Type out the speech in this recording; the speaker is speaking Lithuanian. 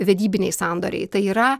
vedybiniai sandoriai tai yra